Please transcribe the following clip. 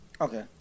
Okay